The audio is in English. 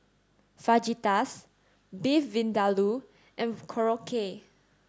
Fajitas Beef Vindaloo and Korokke